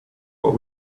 what